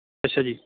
ਅੱਛਾ ਜੀ